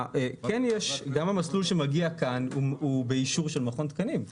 גם המסלול שמגיע כאן הוא באישור של מכון תקנים.